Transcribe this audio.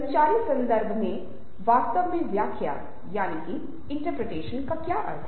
संचारी संदर्भ में वास्तव में व्याख्या का क्या अर्थ है